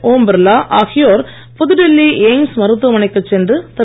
ஓம் பிர்லா ஆகியோர் புதுடில்லி எய்ம்ஸ் மருத்துவமனைக்குச் சென்று திரு